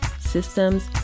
systems